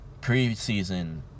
Preseason